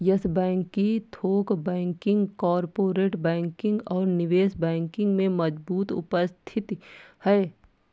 yes Bank की थोक banking, corporate banking और निवेश बैंकिंग में मजबूत उपस्थिति है